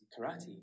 karate